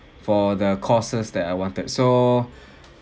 for the courses that I wanted so